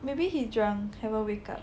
maybe he's drunk haven't wake up